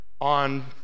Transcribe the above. on